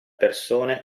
persone